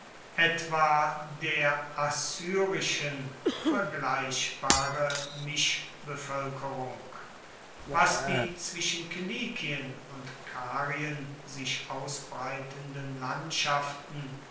etwa der assyrischen vergleichbare mischbevölkerung was die zwischen kilikien und karien sich ausbreitenden landschaften